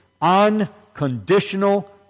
unconditional